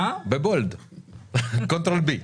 קונטרול ו-B.